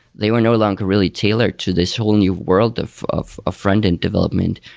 they were no longer really tailored to this whole new world of of ah frontend development.